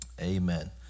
amen